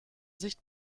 sicht